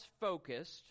focused